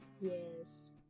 Yes